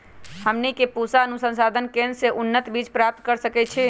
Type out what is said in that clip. हमनी के पूसा अनुसंधान केंद्र से उन्नत बीज प्राप्त कर सकैछे?